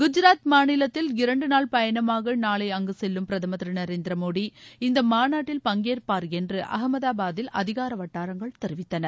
குஜராத் மாநிலத்தில் இரண்டு நாள் பயணமாக நாளை அங்கு செல்லும் பிரதமர் திரு நரேந்திர மோடி இந்த மாநாட்டில் பங்கேற்பார் என்று அகமதாபாதில் அதிகார வட்டாரங்கள் தெரிவித்தன